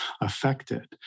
affected